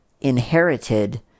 inherited